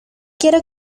quiero